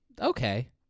Okay